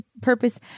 purpose